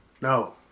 No